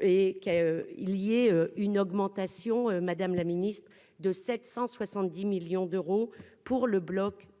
et qu'il y ait une augmentation madame la Ministre de 770 millions d'euros pour le bloc